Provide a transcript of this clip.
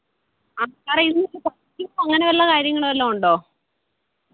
ആ സാറേ അങ്ങനെ വല്ല കാര്യങ്ങൾ വല്ലതും ഉണ്ടോ